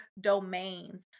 domains